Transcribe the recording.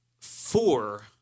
four